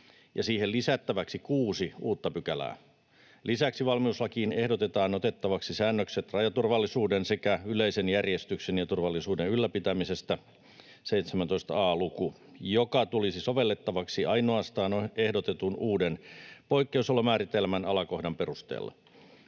ja siihen lisättäväksi kuusi uutta pykälää. Lisäksi valmiuslakiin ehdotetaan otettavaksi säännökset rajaturvallisuuden sekä yleisen järjestyksen ja turvallisuuden ylläpitämisestä, 17 a luku, joka tulisi sovellettavaksi ainoastaan ehdotetun uuden poikkeusolomääritelmän alakohdan perusteella.